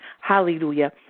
Hallelujah